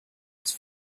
its